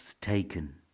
taken